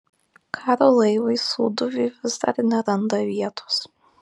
karo laivui sūduviui vis dar neranda vietos